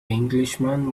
englishman